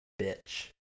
bitch